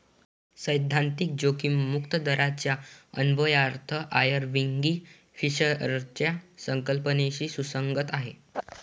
सैद्धांतिक जोखीम मुक्त दराचा अन्वयार्थ आयर्विंग फिशरच्या संकल्पनेशी सुसंगत आहे